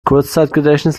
kurzzeitgedächtnis